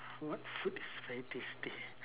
what food is very tasty